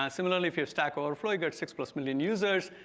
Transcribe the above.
um similarly, if you're stack overflow, you got six plus million users,